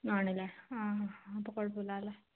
ആണല്ലേ ആ അപ്പോൾ കുഴപ്പമില്ലാല്ലേ